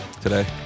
today